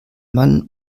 mann